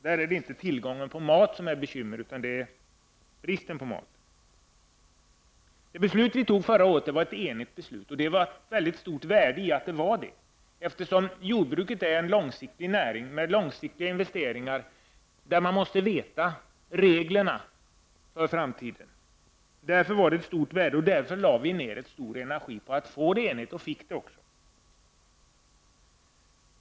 Där är inte en för stor tillgång på mat det bekymmersamma, utan i stället bristen på mat. Det beslut vi fattade förra året var enigt, och det ligger ett mycket stort värde i att så var fallet, eftersom investeringarna i jordbruket är långsiktiga och man måste veta vilka regler som skall gälla för framtiden. Därför lade vi ner stor energi på att få beslutet enigt, vilket vi alltså lyckades med.